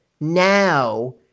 now